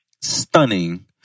stunning